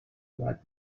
بعد